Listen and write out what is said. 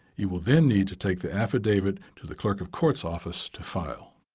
you will then need to take the affidavit to the clerk of court's office to file.